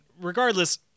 regardless